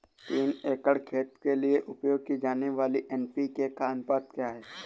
तीन एकड़ खेत के लिए उपयोग की जाने वाली एन.पी.के का अनुपात क्या है?